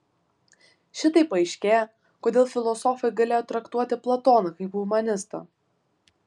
šitaip aiškėja kodėl filosofai galėjo traktuoti platoną kaip humanistą